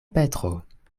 petro